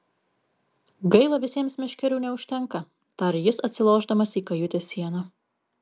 gaila visiems meškerių neužtenka tarė jis atsilošdamas į kajutės sieną